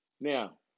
Now